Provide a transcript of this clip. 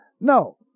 no